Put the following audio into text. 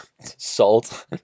salt